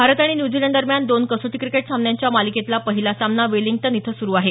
भारत आणि न्यूझीलंडदरम्यान दोन कसोटी क्रिकेट सामन्यांच्या मालिकेतला पहिला सामना वेलिंग्टन इथं सुरु आहे